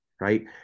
Right